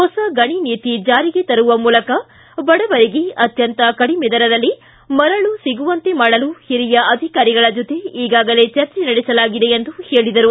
ಹೊಸ ಗಣಿ ನೀತಿ ಜಾರಿಗೆ ತರುವ ಮೂಲಕ ಬಡವರಿಗೆ ಅತ್ಯಂತ ಕಡಿಮೆ ದರದಲ್ಲಿ ಮರಳು ಸಿಗುವಂತೆ ಮಾಡಲು ಹಿರಿಯ ಅಧಿಕಾರಿಗಳ ಜೊತೆ ಈಗಾಗಲೇ ಚರ್ಚೆ ನಡೆಸಲಾಗಿದೆ ಎಂದು ಹೇಳಿದರು